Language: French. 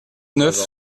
neuf